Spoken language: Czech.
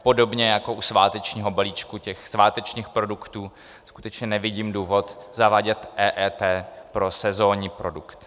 Podobně jako u svátečního balíčku těch svátečních produktů skutečně nevidím důvod zavádět EET pro sezónní produkt.